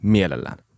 Mielellään